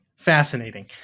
Fascinating